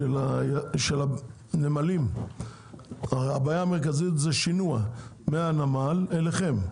הנמלים זה שינוע מהנמל אליכם.